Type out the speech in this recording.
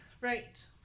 Right